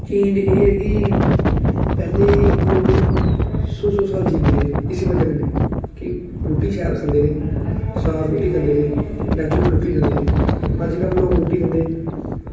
change इयै कि पैह्लें लोग सौ सौ साल जींदे हे इस्सै कन्नै गै की रुट्टी शैल खंदे हे साफ रुट्टी खंदे हे नेचुरल रुट्टी खंदे हे अज्जकल लोग रुट्टी खंदे